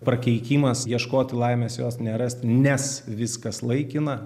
prakeikimas ieškoti laimės jos nerasti nes viskas laikina